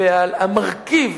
ועל המרכיב